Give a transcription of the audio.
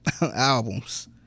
albums